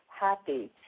happy